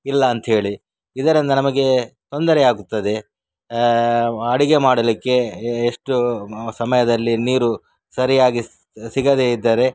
ಇಲ್ಲಾಂತ ಹೇಳಿ ಇದರಿಂದ ನಮಗೆ ತೊಂದರೆಯಾಗುತ್ತದೆ ಅಡುಗೆ ಮಾಡಲಿಕ್ಕೆ ಎಷ್ಟು ಸಮಯದಲ್ಲಿ ನೀರು ಸರಿಯಾಗಿ ಸ್ ಸಿಗದೇ ಇದ್ದರೆ